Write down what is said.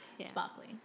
sparkly